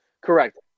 Correct